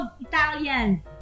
Italian